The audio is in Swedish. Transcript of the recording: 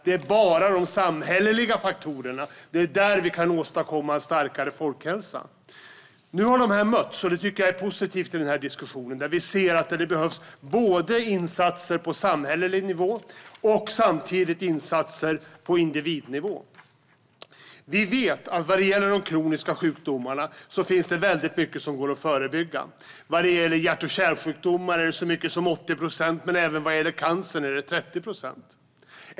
Det är bara de samhälleliga faktorerna det beror på. Det är där vi kan åstadkomma en starkare folkhälsa. Nu har dessa sidor mötts, och det tycker jag är positivt i diskussionen. Vi ser att det behövs insatser på samhällelig nivå och samtidigt insatser på individnivå. Vi vet vad gäller de kroniska sjukdomarna att det finns väldigt mycket som går att förebygga. Vad gäller hjärt och kärlsjukdomar är det så mycket som 80 procent, och vad gäller cancer är det 30 procent.